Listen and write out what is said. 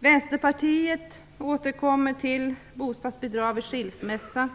Vänsterpartiet återkommer till frågan om bostadsbidrag vid skilsmässa.